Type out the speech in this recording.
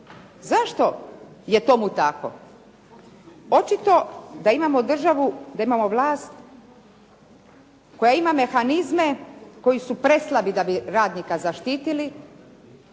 Zašto je tomu tako? Očito da imamo državu, da imamo vlast koja ima mehanizme koji su preslabi da bi radnika zaštitili,